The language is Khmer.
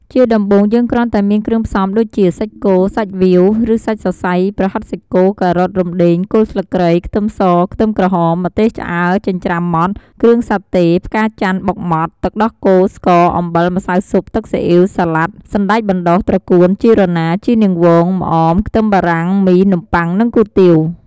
ជាដំបូងយើងគ្រាន់តែមានគ្រឿងផ្សំដូចជា សាច់គោ សាច់វៀវ ឬសាច់សសៃ ប្រហិតសាច់គោ ការ៉ុត រំដេង គល់ស្លឹកគ្រៃ ខ្ទឹមស ខ្ទឹមក្រហម ម្ទេសឆ្អើរចិញ្ច្រាំម៉ដ្ដ គ្រឿងសាតេ ផ្កាចន្ទន៍បុកម៉ដ្ត ទឹកដោះគោ ស្ករ អំបិល ម្សៅស៊ុប ទឹកស៊ីអ៉ីវ សាលាដ សណ្ដែកបណ្ដុះ ត្រកួន ជីរណា ជីនាងវង ម្អម ខ្ទឹមបារាំង មី នំបុ័ង និងគុយទាវ។